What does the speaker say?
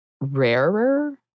rarer